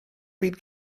byd